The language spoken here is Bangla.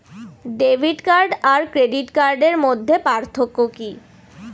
ডেবিট কার্ড আর ক্রেডিট কার্ডের মধ্যে পার্থক্য কি?